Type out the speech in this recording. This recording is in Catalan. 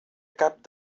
cap